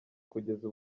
kugeza